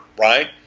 right